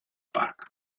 park